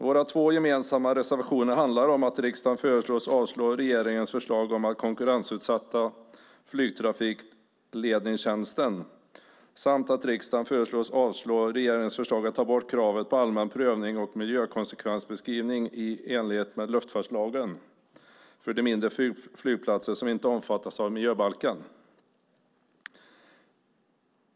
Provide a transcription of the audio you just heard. Våra två gemensamma reservationer handlar om att riksdagen föreslås avslå regeringens förslag om att konkurrensutsätta flygtrafikledningstjänsten samt att riksdagen föreslås avslå regeringens förslag att ta bort kravet på allmän prövning och miljökonsekvensbeskrivning i enlighet med luftfartslagen för de mindre flygplatser som inte omfattas av miljöbalken.